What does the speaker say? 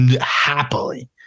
happily